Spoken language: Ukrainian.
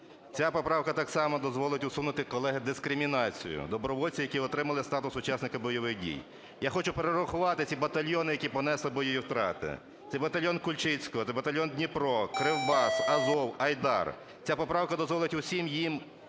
Ця поправка так само дозволить усунути, колеги, дискримінацію добровольців, які отримали статус учасника бойових дій. Я хочу перерахувати ці батальйони, які понесли бойові втрати. Це батальйон Кульчицького, це батальйон "Дніпро", "Кривбас", "Азов", "Айдар". Ця поправка дозволить усім їм